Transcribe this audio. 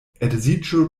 edziĝo